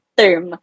term